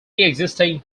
existing